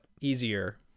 easier